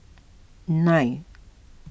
nine